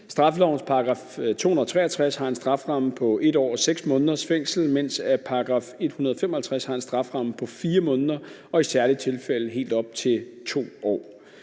Straffelovens § 263 har en strafferamme på 1 år og 6 måneders fængsel, mens § 155 har en strafferamme på 4 måneder og i særlige tilfælde helt op til 2 år.